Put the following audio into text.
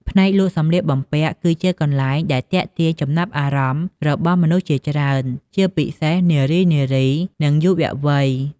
ផ្នែកលក់សម្លៀកបំពាក់ គឺជាកន្លែងដែលទាក់ទាញចំណាប់អារម្មណ៍របស់មនុស្សជាច្រើន ជាពិសេសនារីៗ និងយុវវ័យ។